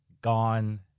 gone